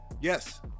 Yes